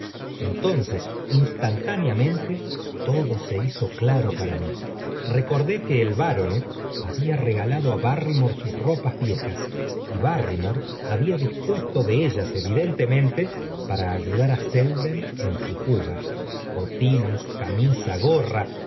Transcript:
entonces instantáneamente todo se hizo claro para mí becordó que el baronet había regalado á barrymore sus ropas viejas y barrymore había dispuesto de ellas evidentemente para ayudar á selden en su fuga botines camisa gorra